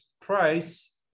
price